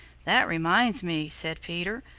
that reminds me, said peter.